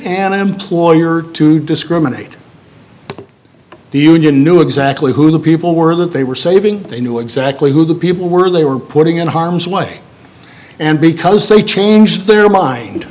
an employer to discriminate the union knew exactly who the people were that they were saving they knew exactly who the people were they were putting in harm's way and because they changed their mind